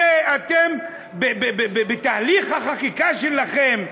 אתם, בתהליך החקיקה שלכם,